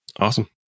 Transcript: Awesome